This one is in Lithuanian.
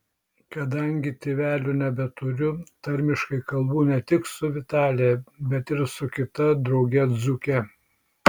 kadangi tėvelių nebeturiu tarmiškai kalbu ne tik su vitalija bet ir su kita drauge dzūke